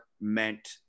meant